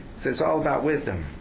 it's it's all about wisdom.